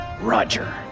Roger